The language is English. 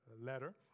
letter